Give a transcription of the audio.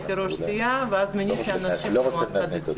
הייתי ראש סיעה ואז מיניתי אנשים למועצה הדתית.